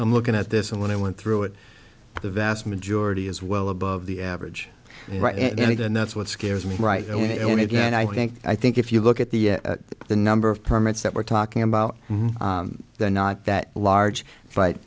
i'm looking at this and when i went through it the vast majority is well above the average right and we did and that's what scares me right and again i think i think if you look at the the number of permits that we're talking about they're not that large but